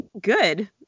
good